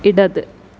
ഇടത്